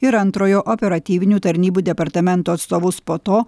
ir antrojo operatyvinių tarnybų departamento atstovus po to